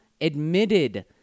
admitted